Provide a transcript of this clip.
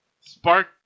spark